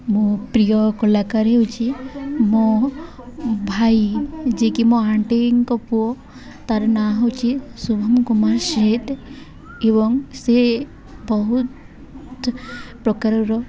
ମୋ ପ୍ରିୟ କଳାକାର ହେଉଛିି ମୋ ଭାଇ ଯିଏକି ମୋ ଆଣ୍ଟିଙ୍କ ପୁଅ ତା'ର ନାଁ ହେଉଛି ଶୁଭମ୍ କୁମାର୍ ସେଟ୍ ଏବଂ ସେ ବହୁ ପ୍ରକାରର